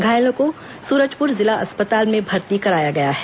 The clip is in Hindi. घायलों को सूरजपुर जिला अस्पताल में भर्ती कराया गया है